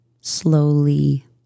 Slowly